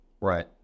Right